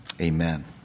Amen